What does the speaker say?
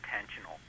intentional